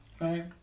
right